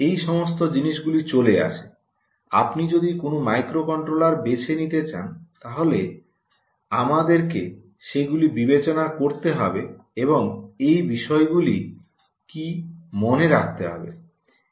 এই সমস্ত জিনিসগুলি চলে আসে আপনি যদি কোনও মাইক্রোকন্ট্রোলার বেছে নিতে চান তাহলে আমাদেরকে সেগুলি বিবেচনা করতে হবে এবং এই বিষয়গুলি কী মনে রাখতে হবে